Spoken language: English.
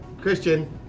Christian